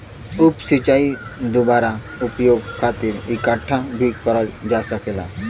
उप सिंचाई दुबारा उपयोग खातिर इकठ्ठा भी करल जा सकेला